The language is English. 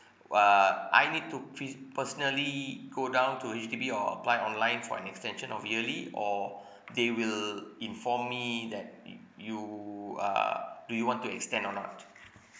uh I need to pre~ personally go down to H_D_B or apply online for an extension of yearly or they will inform me that y~ you uh do you want to extend or not